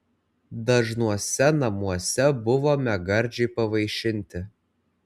dažnuose namuose buvome gardžiai pavaišinti